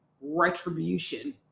retribution